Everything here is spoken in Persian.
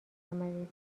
عملیاتی